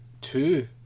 two